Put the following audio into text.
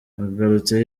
agarutse